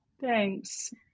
Thanks